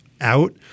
out